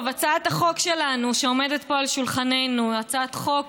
הצעת החוק שעומדת פה על שולחננו היא הצעת חוק